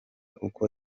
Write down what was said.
uko